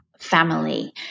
family